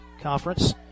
Conference